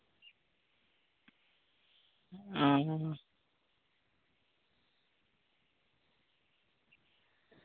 ᱚ